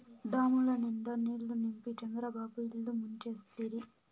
డాముల నిండా నీళ్ళు నింపి చంద్రబాబు ఇల్లు ముంచేస్తిరి